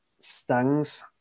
Stang's